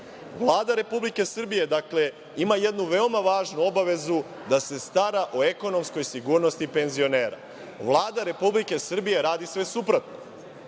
Vlada Republike Srbije, dakle, ima jednu veoma važnu obavezu – da se stara o ekonomskoj sigurnosti penzionera. Vlada Republike Srbije radi sve suprotno.